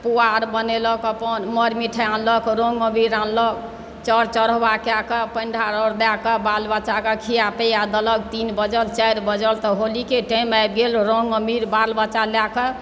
पुआ आओर बनैलक अपन मर मिठाइ अनलक रङ्ग अबीर आनलक चढ़ चढ़ौआ कए कऽ पानि ढारलक मायकेँ बाल बच्चाकेँ खिया पिया देलक तीन बाजल चारि बाजल तऽ होलीके टाइम आबि गेल रङ्ग अबीर बाल बच्चा लए कऽ